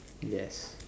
yes